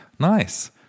Nice